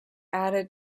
added